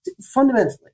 fundamentally